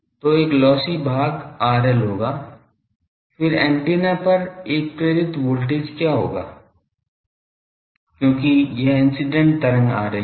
तो एक लॉसी भाग RL होगा फिर एंटीना पर एक प्रेरित वोल्टेज होगा क्योंकि यह इंसिडेंट तरंग आ रही है